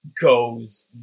goes